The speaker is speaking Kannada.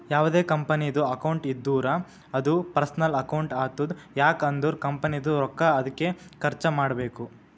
ಯಾವ್ದೇ ಕಂಪನಿದು ಅಕೌಂಟ್ ಇದ್ದೂರ ಅದೂ ಪರ್ಸನಲ್ ಅಕೌಂಟ್ ಆತುದ್ ಯಾಕ್ ಅಂದುರ್ ಕಂಪನಿದು ರೊಕ್ಕಾ ಅದ್ಕೆ ಖರ್ಚ ಮಾಡ್ಬೇಕು